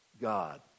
God